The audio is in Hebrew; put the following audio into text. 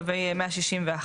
קווי 161,